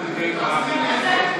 אבל זה לא